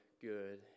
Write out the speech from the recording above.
good